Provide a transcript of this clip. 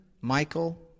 Michael